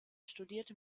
studierte